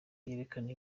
yerekana